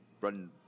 run